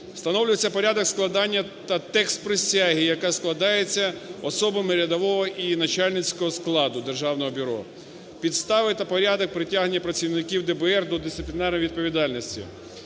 встановлюється порядок складання та текст присяги, яка складається особами рядового і начальницького складу державного бюро, підстави та порядок притягнення працівників ДБР до дисциплінарної відповідальності.